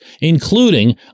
including